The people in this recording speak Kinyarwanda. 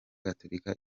gatolika